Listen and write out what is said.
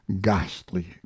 ghastly